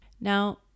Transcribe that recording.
Now